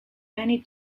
many